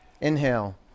Inhale